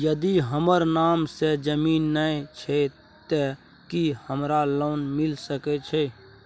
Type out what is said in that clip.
यदि हमर नाम से ज़मीन नय छै ते की हमरा लोन मिल सके छै?